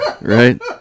right